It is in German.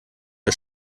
der